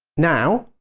now,